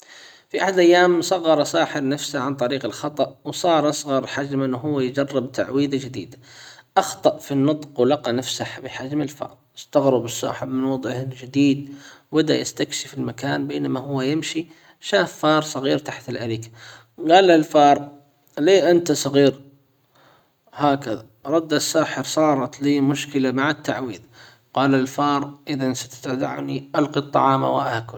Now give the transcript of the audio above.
في احد الايام صغر ساحر نفسه عن طريق الخطأ وصار اصغر حجم ان هو يجرب تعويذة جديدة اخطأ في النطق ولقى نفسه بحجم الفار استغرب الساحر من وضعه الجديد وبدأ يستكشف المكان بينما هو يمشي شاف فار صغير تحت الاريكة جال للفار ليه انت صغير هكذا؟ رد الساحر صارت لي مشكلة مع التعويذة قال الفار اذا ستدعني القي الطعام واكله.